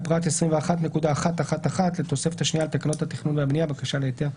בפרט 21.1.1.1 לתוספת השנייה לתקנות התכנון והבנייה (בקשה להיתר,